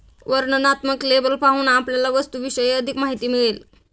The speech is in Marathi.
वर्णनात्मक लेबल पाहून आपल्याला वस्तूविषयी अधिक माहिती मिळेल